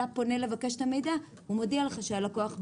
אתה פונה לבקש את המידע והוא מודיע לך שהלקוח ביטל.